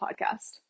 Podcast